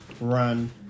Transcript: run